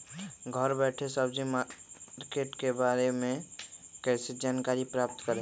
घर बैठे सब्जी मार्केट के बारे में कैसे जानकारी प्राप्त करें?